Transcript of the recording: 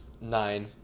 nine